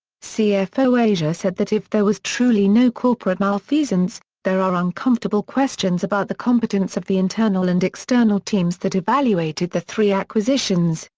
cfo asia said that if there was truly no corporate malfeasance, there are uncomfortable questions about the competence of the internal and external teams that evaluated the three acquisitions,